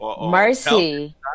Mercy